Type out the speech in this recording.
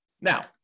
Now